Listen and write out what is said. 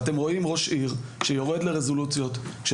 אתם רואים ראש עיר שיורד לרזולוציות של